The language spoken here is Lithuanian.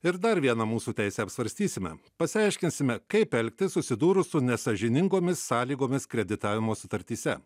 ir dar vieną mūsų teisę apsvarstysime pasiaiškinsime kaip elgtis susidūrus su nesąžiningomis sąlygomis kreditavimo sutartyse